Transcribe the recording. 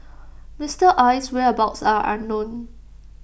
Mister Aye's whereabouts are unknown